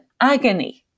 agony